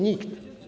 Nikt.